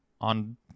on